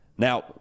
Now